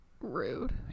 rude